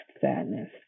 sadness